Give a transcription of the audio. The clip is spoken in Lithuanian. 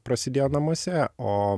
prasidėjo namuose o